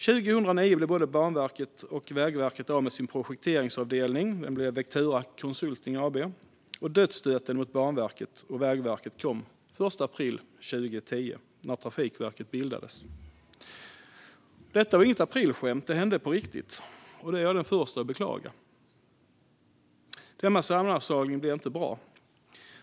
År 2009 blev både Banverket och Vägverket av med sin projekteringsavdelning, som omvandlades till Vectura Consulting AB. Dödsstöten för Banverket och Vägverket kom den 1 april 2010 när Trafikverket bildades. Det var inget aprilskämt, utan det hände på riktigt. Det är jag den förste att beklaga. Denna sammanslagning blev inte bra.